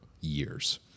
years